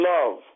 Love